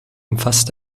umfasst